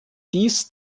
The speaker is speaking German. dies